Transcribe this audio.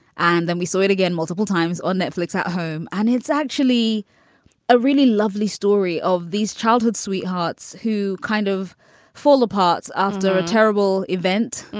and then we saw it again multiple times on netflix at home. and it's actually a really lovely story of these childhood sweethearts who kind of fall apart after a terrible event.